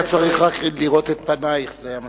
היה צריך רק לראות את פנייך, זה היה מספיק.